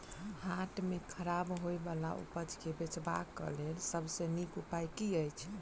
हाट मे खराब होय बला उपज केँ बेचबाक क लेल सबसँ नीक उपाय की अछि?